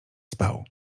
spał